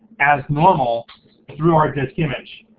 as normal through our disk image.